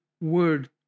word